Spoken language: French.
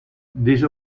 déjà